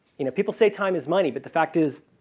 you know people say time is money but the fact is